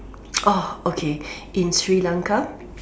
oh okay in Sri-Lanka